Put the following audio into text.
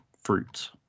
fruits